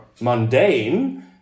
mundane